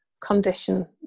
condition